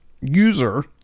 user